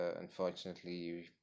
Unfortunately